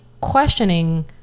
questioning